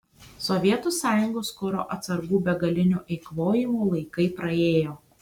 sovietų sąjungos kuro atsargų begalinio eikvojimo laikai praėjo